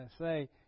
say